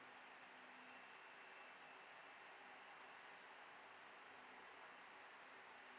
mm